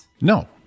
No